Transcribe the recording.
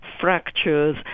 fractures